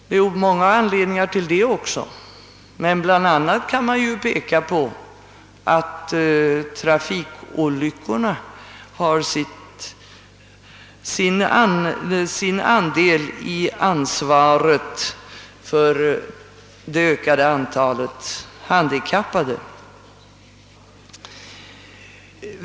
Det finns många anledningar därtill; bl.a. har trafikolyckorna sin andel i ansvaret för det ökade antalet handikappade.